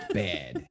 bad